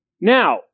Now